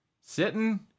sitting